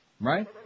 right